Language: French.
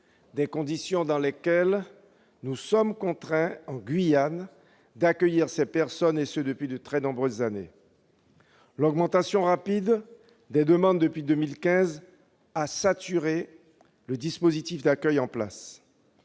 des conditions dans lesquelles nous sommes contraints, en Guyane, d'accueillir ces personnes, et ce depuis de très nombreuses années. L'augmentation rapide des demandes depuis 2015 a d'ailleurs saturé le dispositif d'accueil en place.